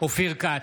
אופיר כץ,